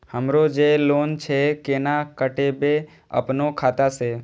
हमरो जे लोन छे केना कटेबे अपनो खाता से?